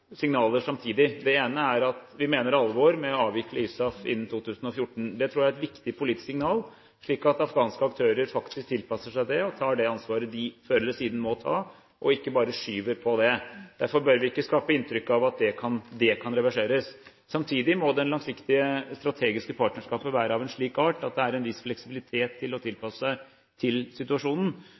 avvikle ISAF innen 2014. Det tror jeg er et viktig politisk signal, slik at afghanske aktører faktisk tilpasser seg det og tar det ansvaret de før eller siden må ta, og ikke bare skyver på det. Derfor bør vi ikke skape inntrykk av at det kan reverseres. Samtidig må det langsiktige, strategiske partnerskapet være av en slik art at det er en viss fleksibilitet i å tilpasse seg til situasjonen.